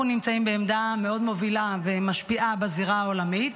אנחנו נמצאים בעמדה מאוד מובילה ומשפיעה בזירה העולמית.